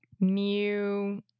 new